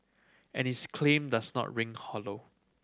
and his claim does not ring hollow